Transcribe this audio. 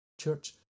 Church